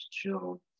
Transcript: True